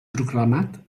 proclamat